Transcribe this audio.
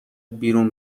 بیرون